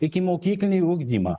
ikimokyklinį ugdymą